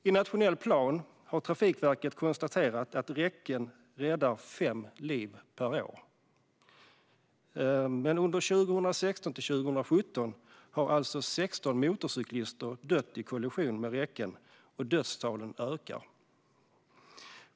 I Trafikverkets nationella plan konstaterar man att räcken räddar fem liv per år. Men under 2016-2017 har alltså 16 motorcyklister dött i kollisioner med räcken, och dödstalen ökar.